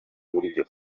buryo